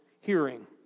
hearing